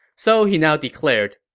so he now declared,